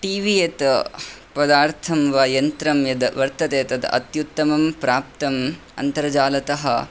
T V यत् पदार्थं वा यन्त्रं यद् वर्तते तत् अत्युत्तमं प्राप्तम् अन्तरजालतः